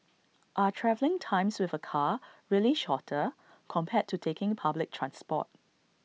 are travelling times with A car really shorter compared to taking public transport